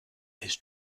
his